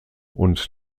und